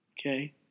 Okay